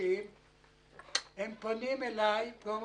הם היו בכל מיני תפקידים של מודיעין וחקירות